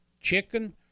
chicken